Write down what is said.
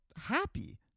happy